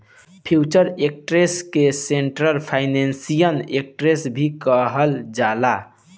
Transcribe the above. future exchange के central financial exchange भी कहल जाला